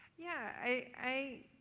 yeah i